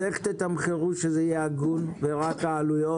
איך תתמחרו שזה יהיה הגון ויכסה רק עלויות